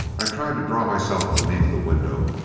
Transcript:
i tried to draw myself beneath the window.